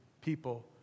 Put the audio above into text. people